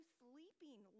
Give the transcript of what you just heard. sleeping